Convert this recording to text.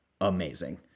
amazing